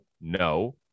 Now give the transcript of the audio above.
no